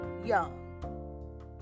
young